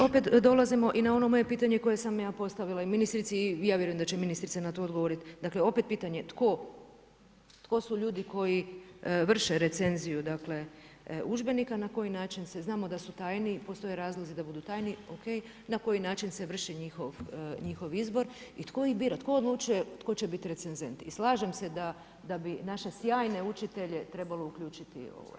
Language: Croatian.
Sad opet dolazimo i na ono moje pitanje koje sam ja postavila Ministrici, ja vjerujem da će ministrica na to odgovoriti, dakle opet pitanje tko, tko su ljudi koji vrše recenziju dakle udžbenika, na koji način, znamo da su tajni, postoje razlozi da budu tajni, ok, na koji način se vrši njihov izbor, i tko ih bira, tko odlučuje tko će biti recenzent? i slažem se da bi naše sjajne učitelje trebalo uključiti u ovo.